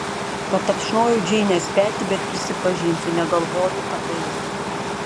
patapšnojau džeinės petį bet prisipažinsiu negalvojau apie ją